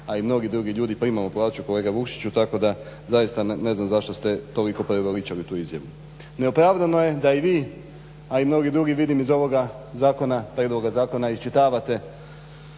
a i mnogi drugi ljudi primamo plaću kolega Vukšiću tako da zaista ne znam zašto ste toliko preuveličali tu izjavu. Neopravdano je da i vi, a i mnogi drugi vidim iz ovoga prijedloga zakona iščitavate